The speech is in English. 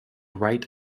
right